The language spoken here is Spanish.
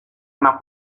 una